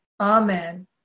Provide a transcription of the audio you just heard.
amen